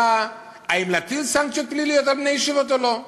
האם להטיל סנקציות פליליות על בני ישיבות או לא.